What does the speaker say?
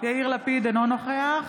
יאיר לפיד, אינו נוכח